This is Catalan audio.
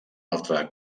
altre